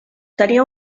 tenia